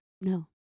no